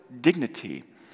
dignity